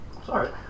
Sorry